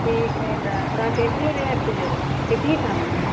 ठीक हइ तऽ सबके एकहि रेट जोड़बै एकहिठाम